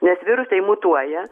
nes virusai mutuoja